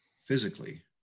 physically